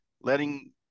letting